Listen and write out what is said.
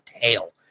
tail